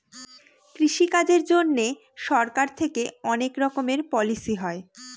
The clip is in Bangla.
কৃষি কাজের জন্যে সরকার থেকে অনেক রকমের পলিসি হয়